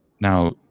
Now